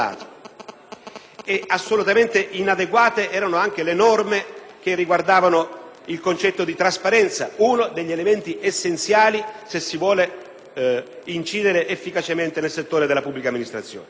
Assolutamente inadeguate erano anche le norme che riguardavano il concetto di trasparenza, uno degli elementi essenziali se si vuole incidere efficacemente nel settore della pubblica amministrazione.